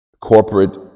corporate